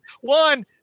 One